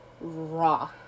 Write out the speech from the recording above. raw